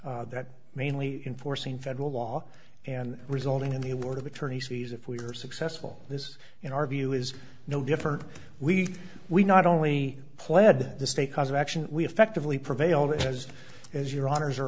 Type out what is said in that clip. and that mainly enforcing federal law and resulting in the award of attorney's fees if we are successful this in our view is no different we we not only pled the state cause of action we effectively prevailed it says as your honour's